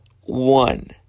One